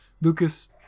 Lucas